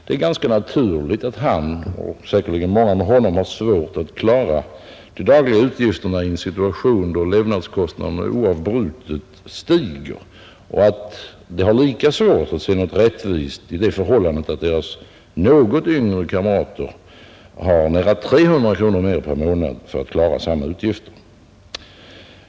Det är ganska naturligt att han och många med honom har svårt att klara de dagliga utgifterna, i en situation då levnadskostnaderna oavbrutet stiger, och att de har lika svårt att se någon rättvisa i det förhållandet att deras något yngre kamrater har nära 300 kronor mer per månad till att klara samma utgifter.